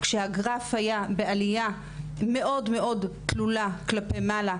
כשהגרף היה בעלייה תלולה כלפי מעלה,